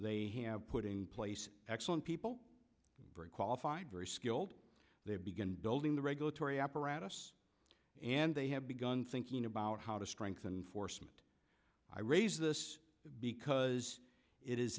they have put in place excellent people bring qualified very skilled they begin building the regulatory apparatus and they have begun thinking about how to strengthen force and i raise this because it is